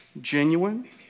genuine